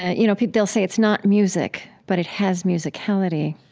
ah you know, they'll say it's not music but it has musicality